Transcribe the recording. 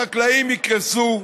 החקלאים יקרסו,